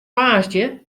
woansdei